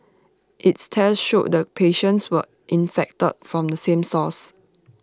its tests showed the patients were infected from the same source